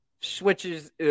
switches